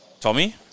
Tommy